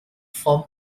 form